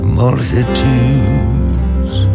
multitudes